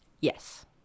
Yes